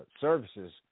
services